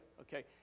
Okay